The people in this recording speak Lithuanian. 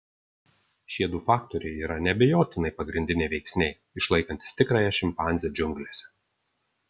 šie du faktoriai yra neabejotinai pagrindiniai veiksniai išlaikantys tikrąją šimpanzę džiunglėse